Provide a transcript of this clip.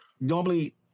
Normally